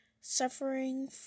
Suffering